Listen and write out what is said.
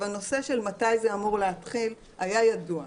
הנושא של מתי זה אמור להתחיל היה ידוע,